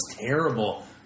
terrible